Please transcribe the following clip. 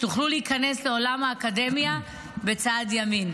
שתוכלו להיכנס לעולם האקדמיה ברגל ימין.